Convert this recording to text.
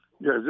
Yes